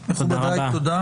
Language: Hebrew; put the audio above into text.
תודה.